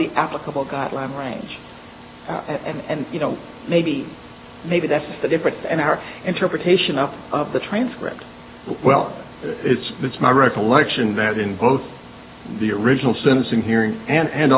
the applicable gottleib range and you know maybe maybe that's the difference and our interpretation up of the transcript well it's it's my recollection that in both the original sentencing hearing and